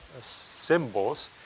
symbols